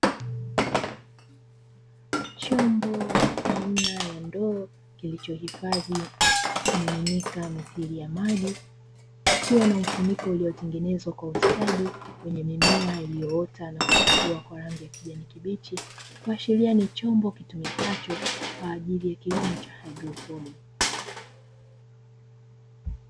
Chombo aina ya ndoo kilicho hifadhi kimiminika mithili ya maji, kikiwa na mfuniko uliotengenezwa kwa ustadi wenye mimea iliyoota na kustawi kwa rangi ya kijani kibichi, kuashiria ni chombo kitumikacho kwa ajili ya kilimo cha hydroponi.